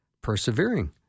persevering